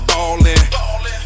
Ballin